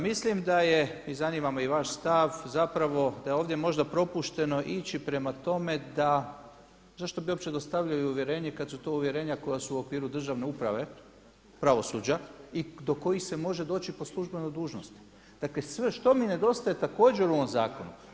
Mislim da je i zanima me vaš stav da je ovdje možda propušteno ići prema tome da zašto bi uopće dostavljali uvjerenje kada su to uvjerenja koja su u okviru državne uprave pravosuđa i do kojih se može doći po službenoj dužnosti, dakle što mi nedostaje također u ovom zakonu.